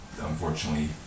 unfortunately